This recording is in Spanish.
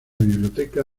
biblioteca